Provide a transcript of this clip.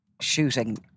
shooting